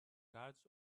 cards